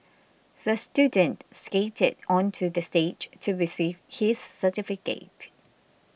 the student skated onto the stage to receive his certificate